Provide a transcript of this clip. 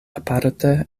aparte